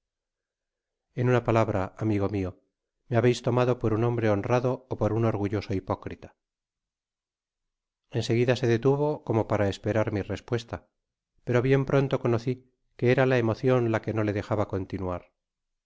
en una palabra amigo mio me habeis tomado por un hombre honrado ó por un orgulloso hipócrita en seguida se detuvo como para esperar mi respuesta pero bien pronto conoci que era la emocion la que o le dejaba contiuuar